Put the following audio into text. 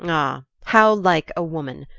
ah how like a woman!